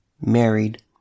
married